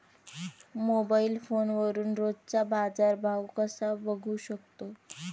Mobile फोनवरून रोजचा बाजारभाव कसा बघू शकतो?